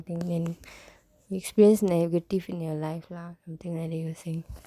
they can displace negative in your life lah something like that you were saying